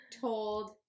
told